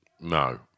No